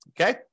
Okay